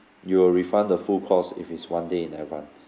you will refund the full cost if it's one day in advance